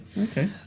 okay